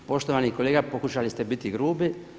Poštovani kolega, pokušali ste biti grubi.